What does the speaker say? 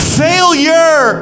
failure